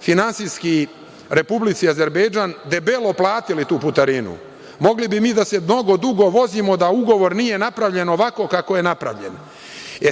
finansijski Republici Azerbejdžan debelo platili tu putarinu. Mogli bi mi da se mnogo dugo vozimo da ugovor nije napravljen ovako kako je napravljen.